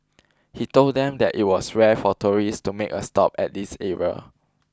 he told them that it was rare for tourists to make a stop at this area